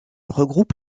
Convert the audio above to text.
regroupe